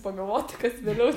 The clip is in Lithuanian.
pagalvoti kas vėliau